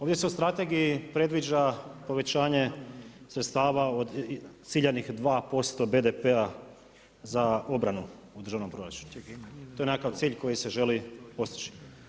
Ovdje se u strategiji predviđa povećanje sredstava od ciljanih 2% BDP-a za obranu u državnom proračunu, to je nekakav cilj koji se želi postići.